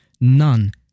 none